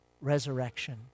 resurrection